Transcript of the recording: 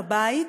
בבית,